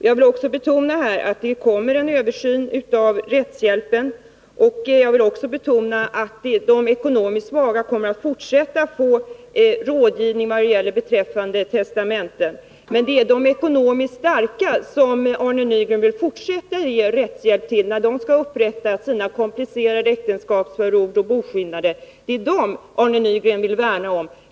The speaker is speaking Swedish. Jag vill betona att det kommer en översyn av rättshjälpen. Jag vill också betona att de ekonomiskt svaga kommer att fortsätta att få rådgivning beträffande testamenten. Men det är till de ekonomiskt starka som Arne Nygren vill fortsätta att ge rättshjälp, när de skall upprätta sina komplicerade äktenskapsförord och boskillnader. Det är dem som Arne Nygren vill värna om.